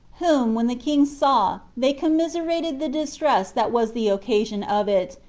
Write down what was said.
whom, when the kings saw, they commiserated the distress that was the occasion of it,